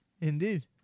Indeed